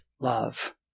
love